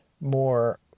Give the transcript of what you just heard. more